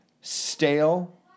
Stale